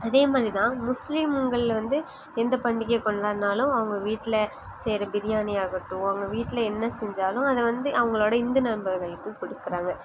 இதே மாதிரி தான் முஸ்லீம்கள் வந்து எந்த பண்டிகையை கொண்டாடினாலும் அவங்க வீட்டில் செய்கிற பிரியாணி ஆகட்டும் அவங்க வீட்டில் என்ன செஞ்சாலும் அதை வந்து அவங்களோட இந்து நண்பர்களுக்கு கொடுக்குறாங்க